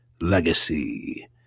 Legacy